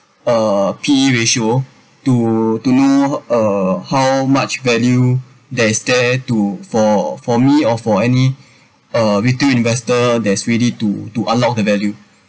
uh P_E ratio to to know uh how much value that is there to for for me or for any uh retail investor that's ready to to unlock the value